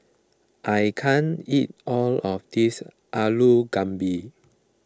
I can't eat all of this Alu Gobi